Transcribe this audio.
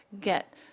get